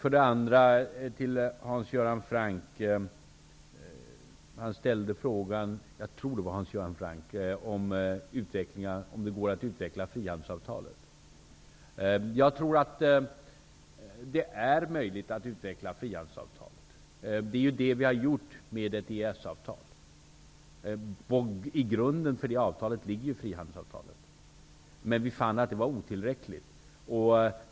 Hans Göran Franck ställde frågan om det går att utveckla frihandelsavtalet. Jag tror att det är möjligt. Det är ju det vi har gjort genom EES avtalet. I grunden för det avtalet ligger ju frihandelsavtalet, som vi fann var otillräckligt.